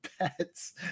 pets